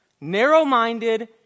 narrow-minded